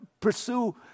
Pursue